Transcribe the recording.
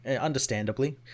understandably